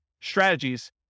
strategies